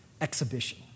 exhibition